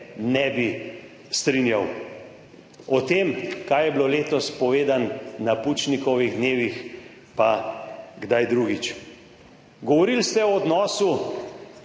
ne bi strinjal. O tem, kaj je bilo letos povedano na Pučnikovih dnevih, pa kdaj drugič. Govorili ste o odnosu